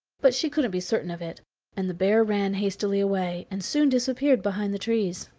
but she couldn't be certain of it and the bear ran hastily away, and soon disappeared behind the trees.